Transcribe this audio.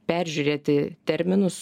peržiūrėti terminus